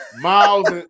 Miles